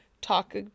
talk